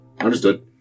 understood